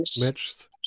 match